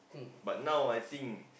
but now I think